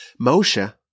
Moshe